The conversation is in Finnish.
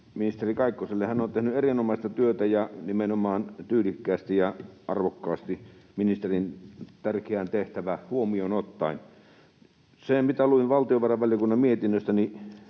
ministeri Kaikkoselle. Hän on tehnyt erinomaista työtä ja nimenomaan tyylikkäästi ja arvokkaasti ministerin tärkeän tehtävän huomioon ottaen. Se, mitä luin valtiovarainvaliokunnan mietinnöstä,